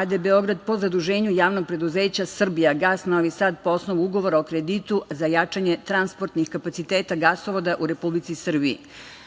a.d. Beograd po zaduženju JP „Srbijagas“ Novi Sad po osnovu Ugovora o kreditu za jačanje transportnih kapaciteta gasovoda u Republici Srbiji. Vrlo